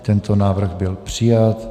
Tento návrh byl přijat.